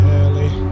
early